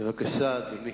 בבקשה, אדוני.